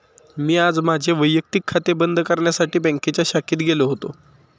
मी आज माझे वैयक्तिक खाते बंद करण्यासाठी बँकेच्या शाखेत गेलो होतो